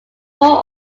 four